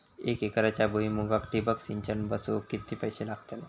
एक एकरच्या भुईमुगाक ठिबक सिंचन बसवूक किती पैशे लागतले?